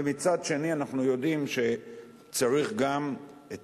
ומצד שני אנחנו יודעים שצריך גם את